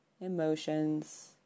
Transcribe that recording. emotions